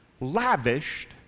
lavished